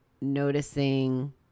noticing